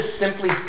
simply